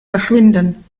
verschwinden